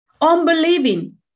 unbelieving